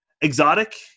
Exotic